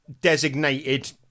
designated